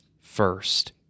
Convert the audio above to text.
first